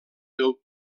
del